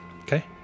Okay